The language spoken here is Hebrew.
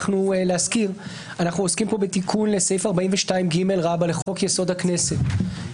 אנחנו עוסקים פה בתיקון לסעיף 42ג לחוק-יסוד: הכנסת.